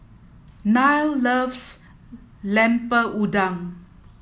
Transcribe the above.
Nile loves lemper udang